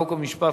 חוק ומשפט,